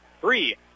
three